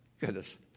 goodness